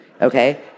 Okay